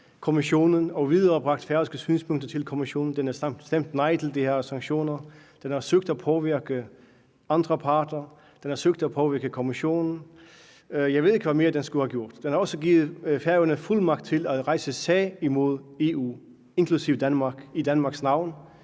og viderebragt færøske synspunkter til Kommissionen. Man har stemt nej til de her sanktioner, man har søgt at påvirke andre parter, man har søgt at påvirke Kommissionen. Jeg ved ikke, hvad mere man skulle have gjort. Man har også givet Færøerne fuldmagt til i Danmarks navn at rejse sag mod EU, inklusive Danmark, i den